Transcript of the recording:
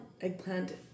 eggplant